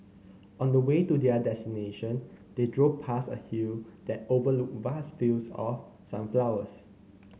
on the way to their destination they drove past a hill that overlooked vast fields of sunflowers